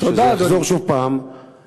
שזה יחזור שוב לרבנים,